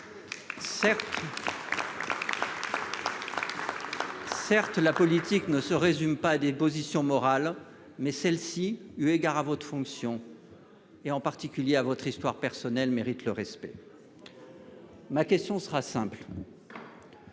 Certes, la politique ne se résume pas à des positions morales mais celle-ci, eu égard à votre fonction. Et en particulier à votre histoire personnelle mérite le respect. Ma question sera simple.